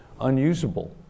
unusable